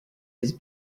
his